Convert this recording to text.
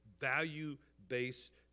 value-based